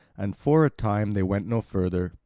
and for a time they went no further,